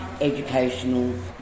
educational